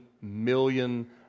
million